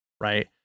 right